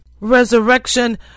Resurrection